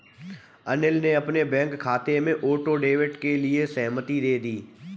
अनिल ने अपने बैंक खाते में ऑटो डेबिट के लिए सहमति दे दी